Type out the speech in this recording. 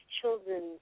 children